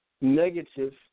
negative